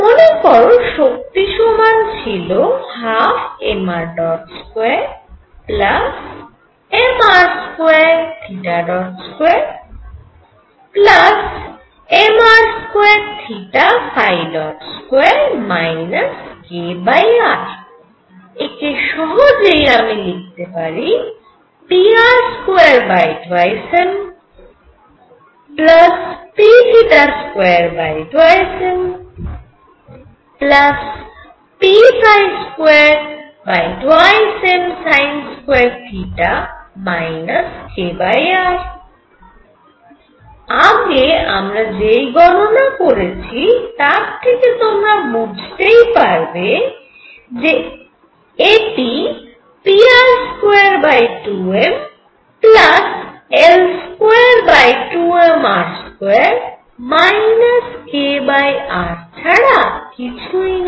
মনে করো শক্তি সমান ছিল 12mr212mr2212mr22 kr একে সহজেই আমি লিখতে পারি pr22mp22mp22msin2 kr আগে আমরা যেই গণনা করেছি তার থেকে তোমরা বুঝতেই পারবে যে এটি pr22mL22mr2 kr ছাড়া কিছুই না